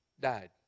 died